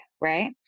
right